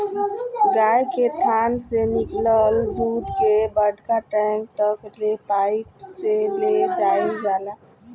गाय के थान से निकलल दूध के बड़का टैंक तक ले पाइप से ले जाईल जाला